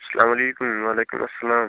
اسلامُ علیکُم وعلیکُم اسلام